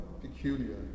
peculiar